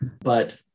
But-